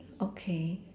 okay